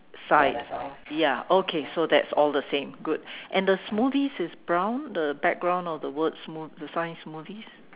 side ya okay so that's all the same good and the smoothies is brown the background of the word smooth~ the sign smoothies